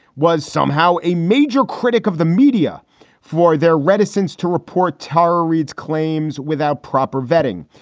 was somehow a major critic of the media for their reticence to report tara reid's claims without proper vetting.